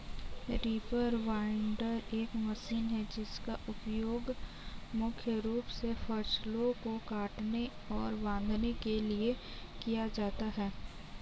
reaper binder एक machine है जिसका उपयोग मुख्य रूप से फसलों को काटने और बांधने के लिए किया जाता है